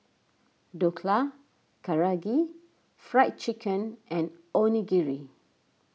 Dhokla Karaage Fried Chicken and Onigiri